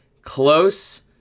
close